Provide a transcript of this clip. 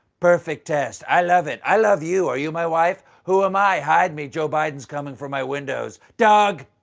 perfect test. i love it. i love you, are you my wife. who am i? hide me, joe biden is coming for my windows. dog!